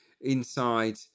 inside